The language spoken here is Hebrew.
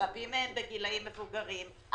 רבים מהם בגילאים מבוגרים,